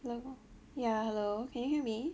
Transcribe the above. hello ya hello can you hear me